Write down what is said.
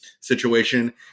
situation